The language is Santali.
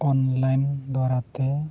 ᱚᱱᱞᱟᱭᱤᱱ ᱫᱚᱨᱟ ᱛᱮ